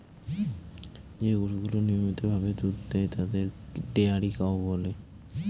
যে গরুগুলা নিয়মিত ভাবে দুধ দেয় তাদের ডেয়ারি কাউ বলে